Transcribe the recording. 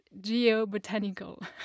geobotanical